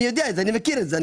אני מכיר את זה.